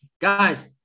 guys